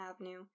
Avenue